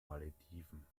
malediven